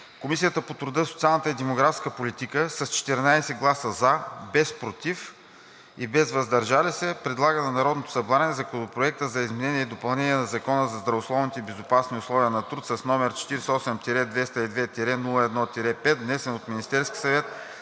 Комисията по труда, социалната и демографската политика с 14 гласа „за“, без „против“ и без „въздържал се“ предлага на Народното събрание Законопроект за изменение и допълнение на Закона за здравословни и безопасни условия на труд, с № 48-202-01-5, внесен от Министерския съвет